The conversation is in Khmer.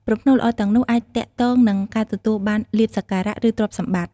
ប្រផ្នូលល្អទាំងនោះអាចទាក់ទងនឹងការទទួលបានលាភសក្ការៈ ឬទ្រព្យសម្បត្តិ។